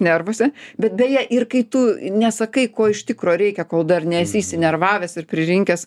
nervuose bet deja ir kai tu nesakai ko iš tikro reikia kol dar nesi įsinervavęs ir pririnkęs